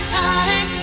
time